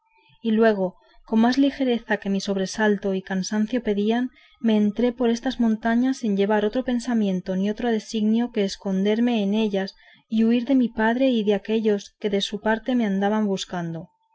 y luego con más ligereza que mi sobresalto y cansancio pedían me entré por estas montañas sin llevar otro pensamiento ni otro disignio que esconderme en ellas y huir de mi padre y de aquellos que de su parte me andaban buscando